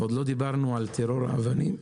ועוד לא דיברנו על טרור האבנים,